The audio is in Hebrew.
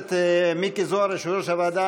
הוועדה